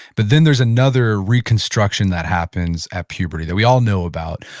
but then there's another reconstruction that happens at puberty that we all know about.